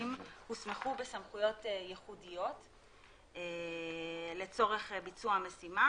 מסייעים הוסמכו בסמכויות ייחודיות לצורך ביצוע המשימה.